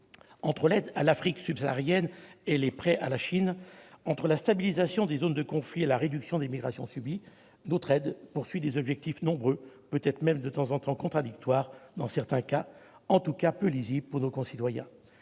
entre l'aide à l'Afrique subsaharienne et les prêts à la Chine, entre la stabilisation des zones de conflit et la réduction des migrations subies, notre aide vise à atteindre des objectifs nombreux, peut-être même contradictoires dans certains cas, en tout cas peu lisibles pour nos concitoyens.